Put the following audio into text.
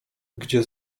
gdzie